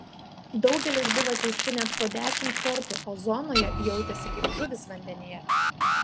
daugelis buvo teisti net po dešimt kartų o zonoje jautėsi kaip žuvys vandenyje